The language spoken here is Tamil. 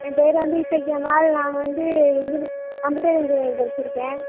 என் பேர் வந்து இசக்கியம்மாள் நான் வந்து இன்ஜினி கம்ப்யூட்டர் இன்ஜினியரிங் படிச்சிருக்கேன்